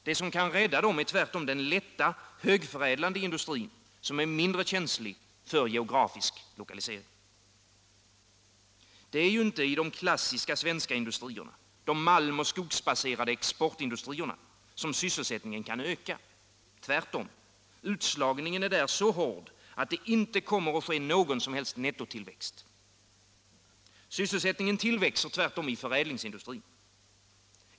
Det som kan rädda dessa orter är tvärtom den lätta, högförädlande industrin, som är mindre känslig för geografisk lokalisering. Det är inte i de klassiska svenska industrierna — de malm och skogsbaserade exportindustrierna — som sysselsättningen kan öka, tvärtom. Utslagningen är där så hård att det inte kommer att ske någon som helst nettotillväxt. Sysselsättningen tillväxer i förädlingsindustrin.